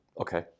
okay